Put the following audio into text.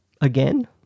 again